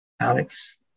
Alex